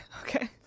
Okay